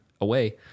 away